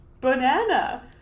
banana